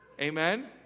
Amen